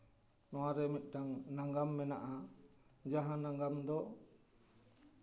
ᱚᱱᱟᱨᱮ ᱢᱤᱫᱴᱟᱝ ᱱᱟᱜᱟᱢ ᱢᱮᱱᱟᱜᱼᱟ ᱡᱟᱦᱟᱸ ᱱᱟᱜᱟᱢ ᱫᱚ